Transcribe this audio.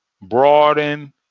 broaden